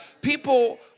People